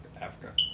Africa